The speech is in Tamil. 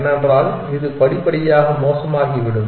ஏனென்றால் இது படிப்படியாக மோசமாகிவிடும்